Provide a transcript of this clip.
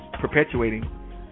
perpetuating